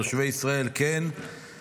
תושבי ישראל כן,